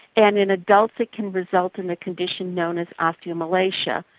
and in adults it can result in a condition known as osteomalacia.